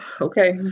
okay